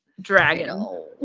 dragon